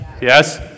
Yes